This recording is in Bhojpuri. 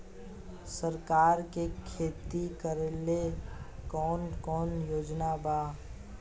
सरकार के खेती करेला कौन कौनसा योजना बा?